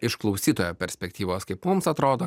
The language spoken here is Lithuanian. iš klausytojo perspektyvos kaip mums atrodo